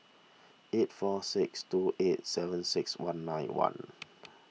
eight four six two eight seven six one nine one